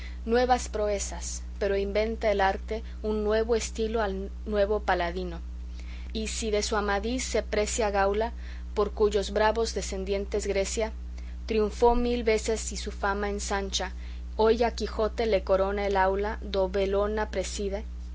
nuevas proezas pero inventa el arte un nuevo estilo al nuevo paladino y si de su amadís se precia gaula por cuyos bravos descendientes grecia triunfó mil veces y su fama ensancha hoy a quijote le corona el aula do belona preside